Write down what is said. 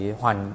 hoàn